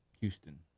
Houston